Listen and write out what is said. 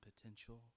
potential